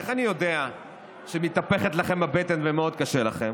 איך אני יודע שמתהפכת לכם הבטן ומאוד קשה לכם?